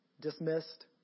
dismissed